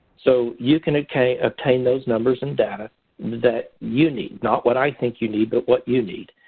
so you can obtain obtain those numbers and data that you need not what i think you need, but what you need.